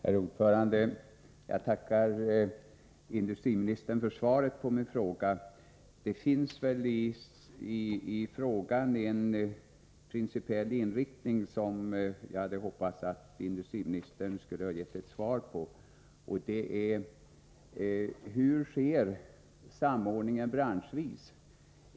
Herr talman! Jag tackar industriministern för svaret på min fråga. Frågan har en principiell inriktning, som jag hade hoppats att industriministern skulle beröra i sitt svar, och den gäller hur samordningen sker branschvis.